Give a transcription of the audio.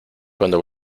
cuando